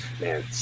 man